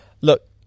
look